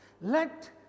let